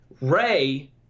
Ray